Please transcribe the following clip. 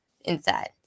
inside